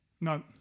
No